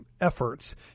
efforts